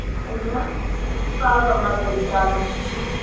ꯑꯁ ꯑꯩꯅ ꯗꯨꯀꯥꯟ ꯑꯃꯗꯩ ꯏꯆꯥꯅꯨꯄꯤꯒꯤ